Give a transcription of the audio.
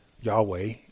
Yahweh